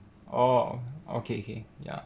orh okay K ya